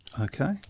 Okay